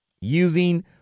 using